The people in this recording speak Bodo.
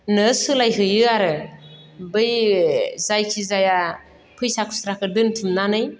सोलाय हैयो आरो बै जायखि जाया फैसा खुस्राखो दोनथुमनानै